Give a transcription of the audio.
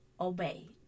obey